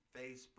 Facebook